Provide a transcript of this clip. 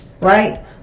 right